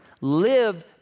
live